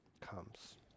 comes